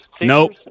Nope